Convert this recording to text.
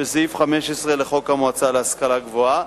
בסעיף 15 לחוק המועצה להשכלה גבוהה.